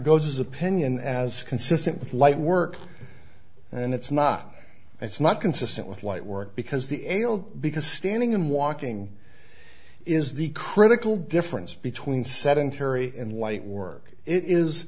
goes opinion as consistent with light work and it's not it's not consistent with light work because the ale because standing and walking is the critical difference between sedentary and light work i